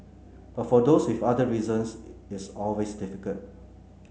but for those with other reasons it's always difficult